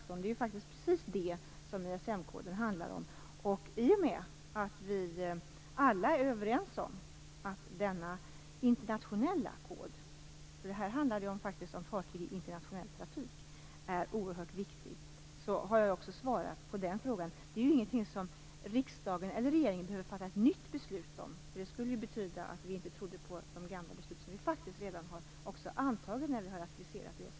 ISM-koden handlar faktiskt precis om det. I och med att vi alla är överens om att denna internationella kod - det handlar ju faktiskt om fartyg i internationell trafik - är oerhört viktig har jag också svarat på den frågan. Det är ingenting som riksdagen eller regeringen behöver fatta ett nytt beslut om. Det skulle ju betyda att vi inte trodde på de gamla beslut som vi faktiskt redan har antagit när vi har ratificerat